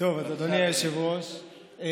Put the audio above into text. אדוני היושב-ראש,